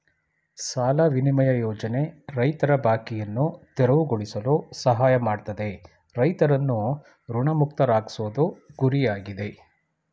ಸಾಲ ವಿನಿಮಯ ಯೋಜನೆ ರೈತರ ಬಾಕಿಯನ್ನು ತೆರವುಗೊಳಿಸಲು ಸಹಾಯ ಮಾಡ್ತದೆ ರೈತರನ್ನು ಋಣಮುಕ್ತರಾಗ್ಸೋದು ಗುರಿಯಾಗಿದೆ